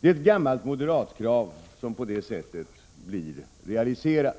Det är ett gammalt moderatkrav som på det sättet blir realiserat.